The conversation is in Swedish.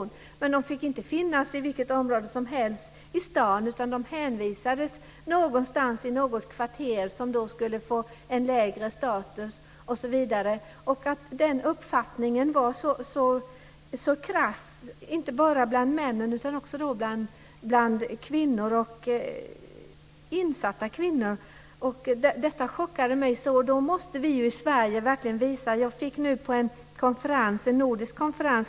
Men dessa kvinnor fick inte finnas i vilket område som helst i staden, utan de hänvisades till ett kvarter som hade en lägre status. Denna uppfattning var så krass, och den fanns inte bara bland männen utan också hos kvinnorna, och dessa kvinnor var väl insatta. Detta chockade mig verkligen. Jag har också varit på en nordisk